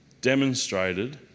demonstrated